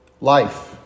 Life